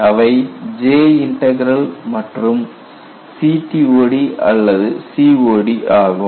அவை J integral மற்றும் CTOD அல்லது COD ஆகும்